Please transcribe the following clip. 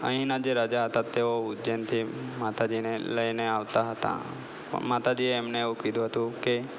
અહીંના જે રાજા હતા તેઓ ઉજ્જૈનથી માતાજીને લઈને આવતા હતા માતાજીએ એમને એવું કીધું હતું કે